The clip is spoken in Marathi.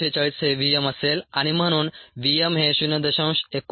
46 हे v m असेल आणि म्हणून v m हे 0